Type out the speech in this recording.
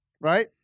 Right